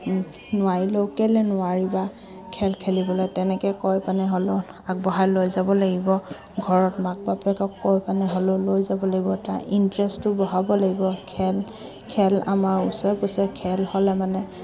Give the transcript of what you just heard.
নোৱাৰিলেও কেলৈ নোৱাৰিবা খেল খেলিবলৈ তেনেকৈ কৈ পিনে হ'লেও আগবঢ়াই লৈ যাব লাগিব ঘৰত মাক বাপেকক কৈ পানে হ'লেও লৈ যাব লাগিব তাৰ ইণ্টাৰেষ্টটো বঢ়াব লাগিব খেল খেল আমাৰ ওচৰে পাজৰে খেল হ'লে মানে